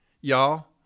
y'all